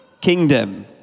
kingdom